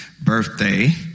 birthday